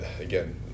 again